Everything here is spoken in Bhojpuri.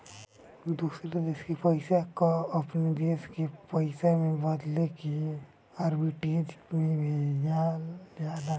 दूसर देस के पईसा कअ अपनी देस के पईसा में बदलके आर्बिट्रेज से भेजल जाला